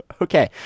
Okay